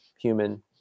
human